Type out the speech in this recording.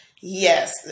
yes